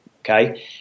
okay